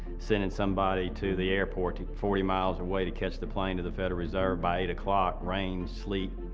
sending somebody to the airport forty miles away to catch the plane to the federal reserve by eight o'clock, rain, sleet,